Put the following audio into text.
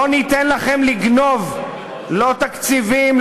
לא ניתן לכם לגנוב לא תקציבים,